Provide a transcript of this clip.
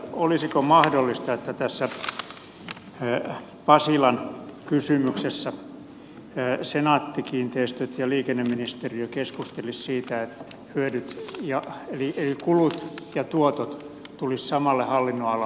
olisiko mahdollista että tässä pasilan kysymyksessä senaatti kiinteistöt ja liikenneministeriö keskustelisivat siitä että kulut ja tuotot tulisivat samalle hallinnonalalle